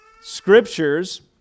Scriptures